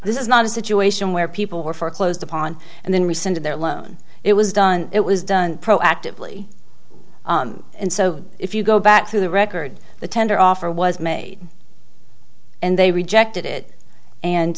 this is not a situation where people were foreclosed upon and then rescinded their loan it was done it was done proactively and so if you go back through the record the tender offer was made and they rejected it and